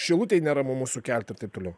šilutėj neramumus sukelti ir taip toliau